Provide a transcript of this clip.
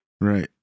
Right